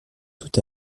tout